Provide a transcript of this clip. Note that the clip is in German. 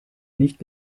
nicht